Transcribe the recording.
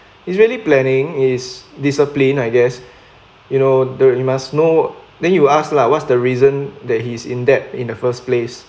usually planning is discipline I guess you know the you must know then you ask lah what's the reason that he's in debt in the first place